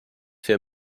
für